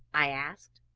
i asked.